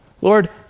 Lord